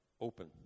open